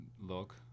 look